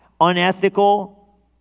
Unethical